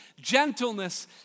gentleness